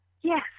Yes